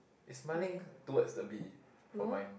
is smiling towards the bee for mine